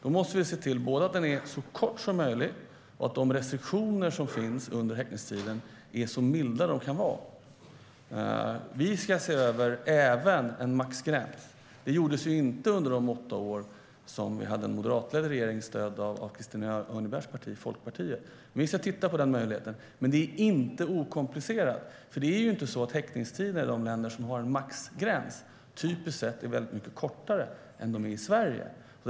Då måste vi se till både att den är så kort som möjligt och att de restriktioner som finns under häktningstiden är så milda de kan vara. Vi ska se över även maxgräns. Det gjordes inte under de åtta år vi hade en moderatledd regering stödd av Christina Örnebjärs parti Folkpartiet. Men vi ska titta på den möjligheten. Det är dock inte okomplicerat. Häktningstiderna i de länder som har en maxgräns är inte typiskt sett väldigt mycket kortare än i Sverige.